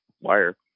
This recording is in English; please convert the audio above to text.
wire